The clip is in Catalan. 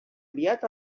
enviat